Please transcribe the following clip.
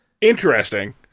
Interesting